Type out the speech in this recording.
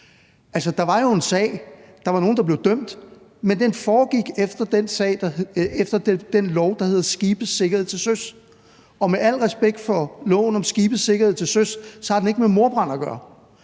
Der var jo en sag, og der var nogle, der blev dømt, men den foregik efter den lov, der hedder lov om skibes sikkerhed til søs, og med al respekt for loven om skibes sikkerhed til søs har den ikke med mordbrand at gøre.